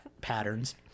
patterns